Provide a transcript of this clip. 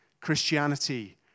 Christianity